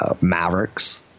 Mavericks